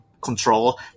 Control